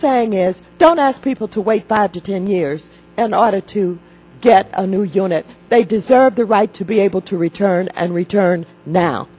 saying is don't ask people to wait five to ten years in order to get a new unit they deserve the right to be able to return and return now